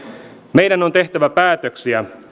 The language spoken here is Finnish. meidän on tehtävä on päätöksiä